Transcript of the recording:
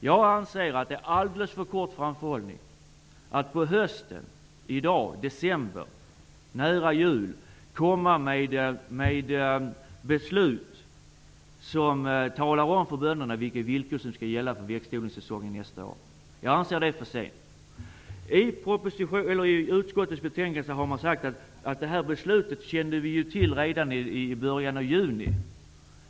Jag anser att det är alldeles för kort framförhållning att i dag i december, nära jul, fatta beslut som talar om för bönderna vilka villkor som skall gälla för växtodlingssäsongen nästa år. Utskottet hävdar i betänkandet att detta beslut var känt redan i början av juni.